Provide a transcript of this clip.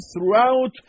throughout